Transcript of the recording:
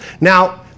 now